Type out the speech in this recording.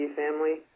family